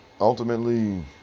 Ultimately